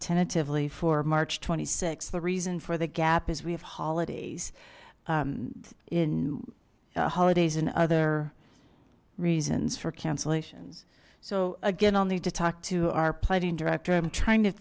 tentatively for march twenty six the reason for the gap is we have holidays in holidays and other reasons for cancellations so again i'll need to talk to our plating director i'm trying to